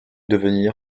devenir